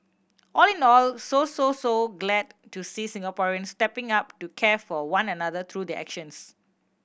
all in all so so so glad to see Singaporeans stepping up to care for one another through their actions